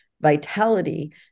vitality